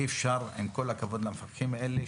עם כל הכבוד למפקחים האלה,